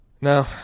No